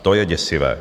To je děsivé.